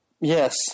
Yes